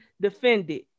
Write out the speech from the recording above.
defended